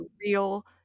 real